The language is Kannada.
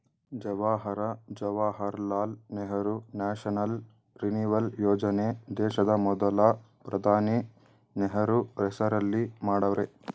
ಜವಾಹರ ಜವಾಹರ್ಲಾಲ್ ನೆಹರು ನ್ಯಾಷನಲ್ ರಿನಿವಲ್ ಯೋಜನೆ ದೇಶದ ಮೊದಲ ಪ್ರಧಾನಿ ನೆಹರು ಹೆಸರಲ್ಲಿ ಮಾಡವ್ರೆ